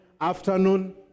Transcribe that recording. afternoon